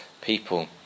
people